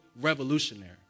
revolutionary